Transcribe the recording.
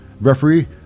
Referee